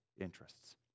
interests